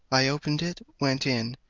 i opened it, went in,